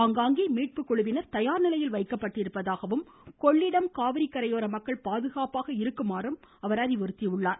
ஆங்காங்கே மீட்பு குழுவினர் தயார்நிலையில் வைக்கப்பட்டிருப்பதாகவும் கொள்ளிடம் காவிரி கரையோர மக்கள் பாதுகாப்பாக இருக்குமாறும் அவர் அறிவுறுத்தியுள்ளார்